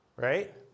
Right